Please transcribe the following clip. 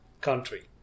country